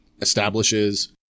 establishes